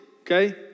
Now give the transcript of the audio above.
okay